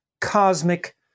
cosmic